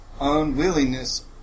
unwillingness